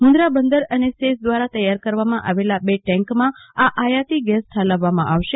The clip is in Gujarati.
મુંદરા બંદર અને સેઝ દ્રારા તૈયાર કરવામાં આવેલા બે ટેન્કમાં આયાતી ગેસ ઠાલવવામાં આવશે